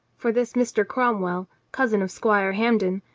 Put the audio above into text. for this mr. cromwell, cousin of squire hampden,